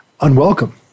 unwelcome